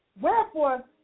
Wherefore